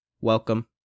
Welcome